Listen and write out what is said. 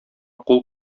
кул